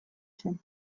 zen